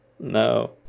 no